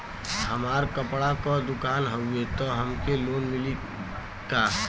हमार कपड़ा क दुकान हउवे त हमके लोन मिली का?